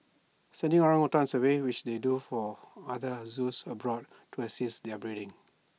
sending orangutans away which they do for other zoos abroad to assist with breeding